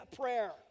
prayer